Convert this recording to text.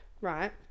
right